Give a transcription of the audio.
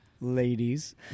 ladies